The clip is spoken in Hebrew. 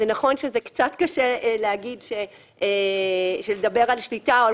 נכון שקצת קשה לדבר על שליטה או על